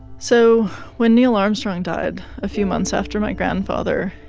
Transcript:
so when neil armstrong died a few months after my grandfather,